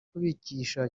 kubigisha